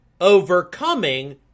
overcoming